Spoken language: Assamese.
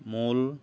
মূল